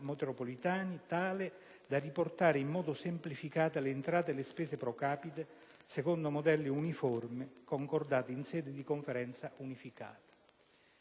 metropolitane, tale da riportare in modo semplificato le entrate e le spese *pro capite* secondo modelli uniformi, concordati in sede di Conferenza unificata.